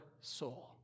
soul